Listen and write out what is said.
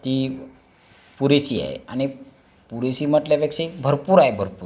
ती पुरेशी आहे आणि पुरेशी म्हटल्यापेक्षाही भरपूर आहे भरपूर